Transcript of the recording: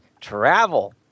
travel